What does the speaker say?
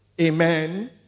Amen